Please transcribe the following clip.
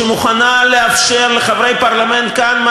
שמוכנה לאפשר לחברי פרלמנט כאן מה